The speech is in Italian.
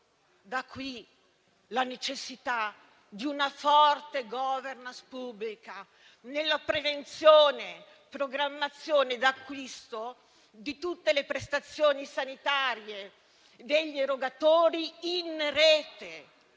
Da qui la necessità di una forte *governance* pubblica nella prevenzione, programmazione e acquisto delle prestazioni sanitarie di tutti gli erogatori in rete,